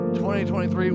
2023